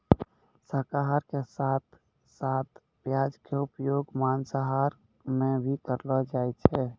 शाकाहार के साथं साथं प्याज के उपयोग मांसाहार मॅ भी करलो जाय छै